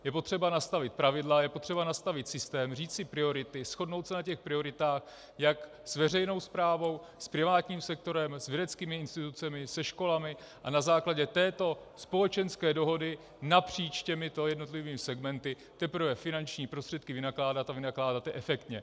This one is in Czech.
Je potřeba nastavit pravidla, je potřeba nastavit systém, říct si priority, shodnout se na těch prioritách jak s veřejnou správou, s privátním sektorem, s vědeckými institucemi, se školami a na základě této společenské dohody napříč těmito jednotlivými segmenty teprve finanční prostředky vynakládat, a vynakládat je efektně.